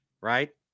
right